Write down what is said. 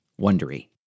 Wondery